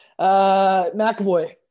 McAvoy